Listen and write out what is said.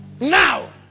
now